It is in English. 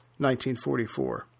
1944